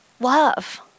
Love